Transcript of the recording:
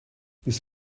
this